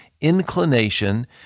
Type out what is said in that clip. inclination